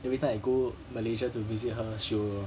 every time I go malaysia to visit her she will